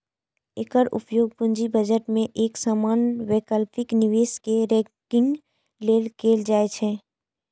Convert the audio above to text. एकर उपयोग पूंजी बजट मे एक समान वैकल्पिक निवेश कें रैंकिंग लेल कैल जाइ छै